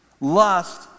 Lust